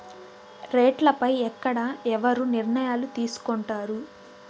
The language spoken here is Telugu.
రేట్లు పై ఎక్కడ ఎవరు నిర్ణయాలు తీసుకొంటారు?